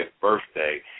birthday